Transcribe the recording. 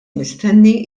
mistenni